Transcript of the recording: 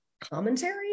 commentary